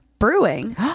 brewing